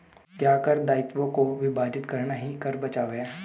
क्या कर दायित्वों को विभाजित करना ही कर बचाव है?